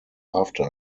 after